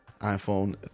iPhone